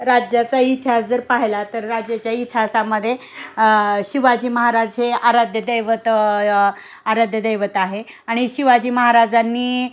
राज्याचा इतिहास जर पाहिला तर राज्याच्या इतिहासामध्ये शिवाजी महाराज हे आराध्य दैवत आराध्य दैवत आहे आणि शिवाजी महाराजांनी